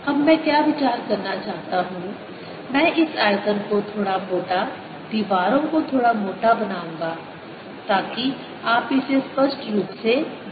अब मैं क्या विचार करना चाहता हूं मैं इस आयतन को थोड़ा मोटा दीवारों को थोड़ा मोटा बनाऊंगा ताकि आप इसे स्पष्ट रूप से देख सकें